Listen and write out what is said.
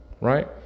right